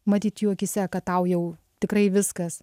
matyt jų akyse kad tau jau tikrai viskas